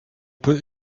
peu